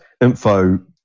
info